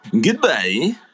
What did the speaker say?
Goodbye